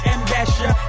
Ambassador